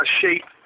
shape